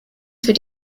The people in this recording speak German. für